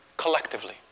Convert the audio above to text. collectively